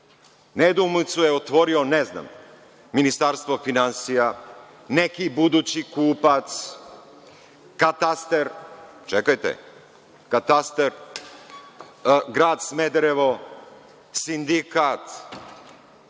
Nedoumicu je otvorilo, ne znam, Ministarstvo finansija, neki budući kupac, katastar, grad Smederevo, sindikat.